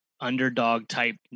underdog-type